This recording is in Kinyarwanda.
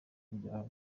bya